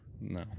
No